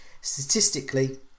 statistically